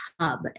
hub